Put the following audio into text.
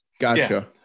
gotcha